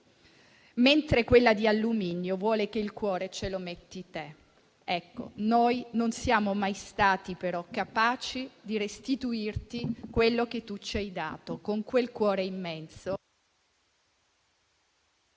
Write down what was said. mentre quella di alluminio vuole che il cuore ce lo metti te. Ecco noi non siamo mai stati però capaci di restituirti quello che tu ci hai dato, con quel cuore immenso.